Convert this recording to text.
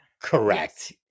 Correct